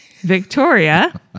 Victoria